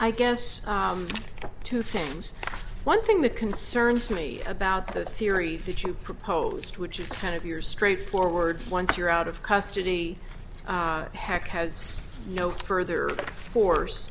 i guess two things one thing that concerns me about the theory that you've proposed which is kind of yours straightforward once you're out of custody heck has no further force